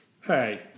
Hey